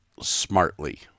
smartly